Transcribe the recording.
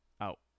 out